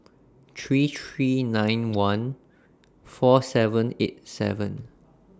three three nine one four seven eight seven